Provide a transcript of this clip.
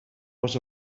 was